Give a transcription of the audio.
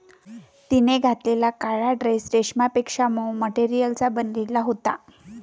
तिने घातलेला काळा ड्रेस रेशमापेक्षा मऊ मटेरियलचा बनलेला होता